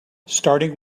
starting